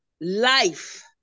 life